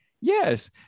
Yes